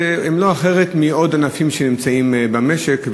והם לא שונים מעוד ענפים שנמצאים במשק,